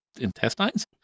intestines